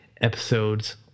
episodes